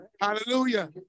Hallelujah